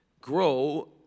grow